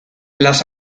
las